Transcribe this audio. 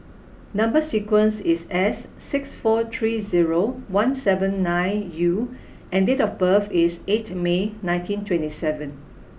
number sequence is S six four three zero one seven nine U and date of birth is eight May ninety twenty seven